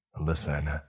Listen